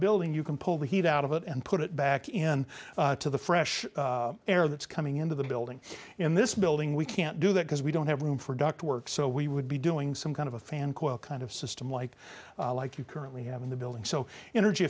building you can pull the heat out of it and put it back in to the fresh air that's coming into the building in this building we can't do that because we don't have room for ductwork so we would be doing some kind of a fan quote kind of system like like you currently have in the building so energy